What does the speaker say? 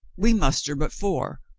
we muster but four,